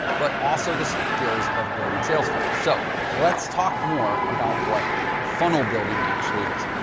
but also the skills of building sales funnels. so let's talk more about what funnel building actually is.